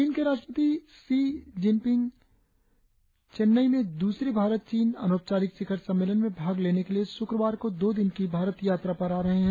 चीन के राष्ट्रपति शी चिनफिंग चेन्नई में द्रसरे भारत चीन अनौपचारिक शिखर सम्मेलन में भाग लेने के लिए शुक्रवार को दो दिन की भारत यात्रा पर आ रहे है